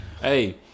Hey